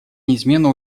неизменно